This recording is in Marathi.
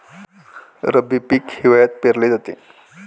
रब्बी पीक हिवाळ्यात पेरले जाते